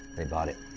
they bought it.